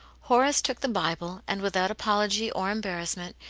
horace took the bible, and without apology or embarrassment,